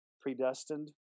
predestined